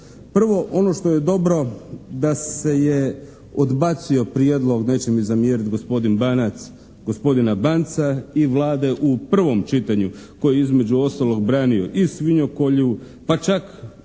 Prvo, ono što je dobro da se je odbacio prijedlog, neće mi zamjeriti gospodin Banac gospodina Banca i Vlade u prvom čitanju koji je između ostalog branio i svinjokolju pa čak